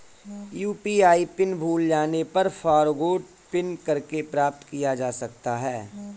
UPI PIN भूल जाने पर फ़ॉरगोट पिन करके प्राप्त किया जा सकता है